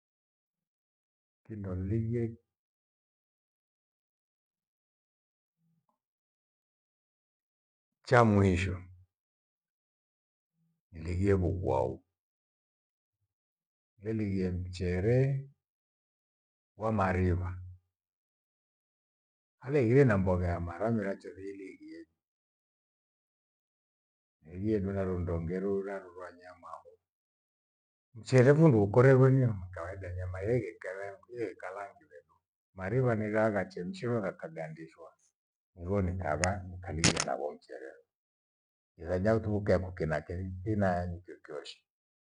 Kindo nilighie, cha mwisho, nilighie vukwau nighelighie mchere wa mariva. Haleighire na mbogha ya mara miracho siilighienyi. Nihighie nurarundonge rura ruvanya nyama ho. Mchere fundu ukororwe ni kawaida nyama iregwe ikalagwe ikala nkidhe. Mariva nighagha chemshirwe wakagandishwa. Uvone kava nikalikia navo mchere, irainyaku kuukia kuke nake ithinanyi chochoshe.